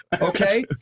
okay